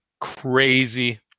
crazy